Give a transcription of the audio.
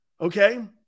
Okay